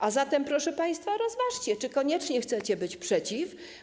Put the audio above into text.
A zatem, proszę państwa, rozważcie, czy koniecznie chcecie być przeciw.